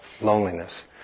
loneliness